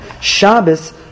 Shabbos